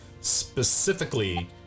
specifically